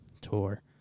tour